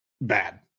bad